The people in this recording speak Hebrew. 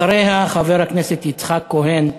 אחריה, חבר הכנסת יצחק כהן מש"ס.